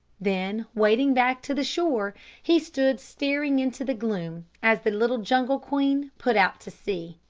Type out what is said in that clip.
then wading back to the shore he stood staring into the gloom as the little jungle queen put out to sea.